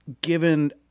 given